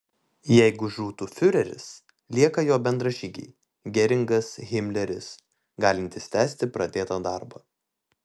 jeigu žūtų fiureris lieka jo bendražygiai geringas himleris galintys tęsti pradėtą darbą